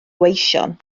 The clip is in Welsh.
gweision